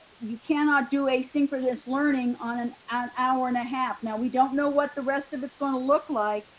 you cannot do asynchronous learning on an an hour and a half. now we don't know what the rest of it's going to look like,